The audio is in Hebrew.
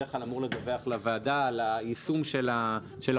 שבדרך כלל אמור לדווח לוועדה על יישום החוק.